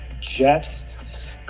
Jets